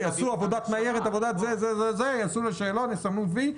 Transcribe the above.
יעשו עבודת ניירת, יעשו שאלון , יסמנו וי,